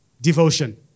devotion